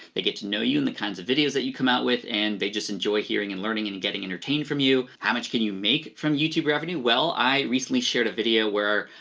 they get to know you and the kinds of videos that you come out with and they just enjoy hearing and learning and getting entertained from you. how much can you make from youtube revenue? well, i recently shared a video where,